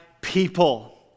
people